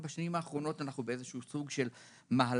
ואילו בשנים האחרונות אנחנו בסוג של מהלך,